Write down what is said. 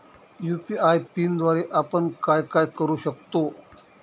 UPI पिनद्वारे आपण काय काय करु शकतो?